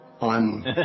on